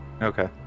Okay